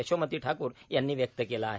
यशोमती ठाकूर यांनी व्यक्त केला आहे